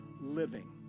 living